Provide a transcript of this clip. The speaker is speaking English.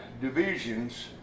divisions